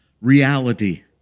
reality